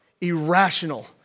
Irrational